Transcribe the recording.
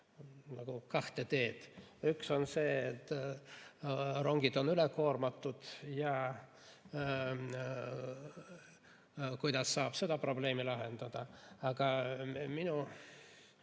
nagu kahte teed. Üks on see, et rongid on üle koormatud ja kuidas saab seda probleemi lahendada. Aga minu